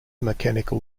mechanical